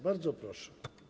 Bardzo proszę.